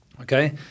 Okay